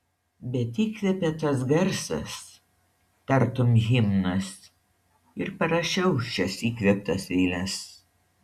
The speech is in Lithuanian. bet įkvėpė tas garsas tartum himnas ir parašiau šias įkvėptas eiles